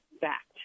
fact